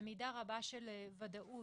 במידה רבה של וודאות